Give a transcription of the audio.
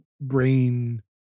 brain